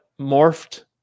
morphed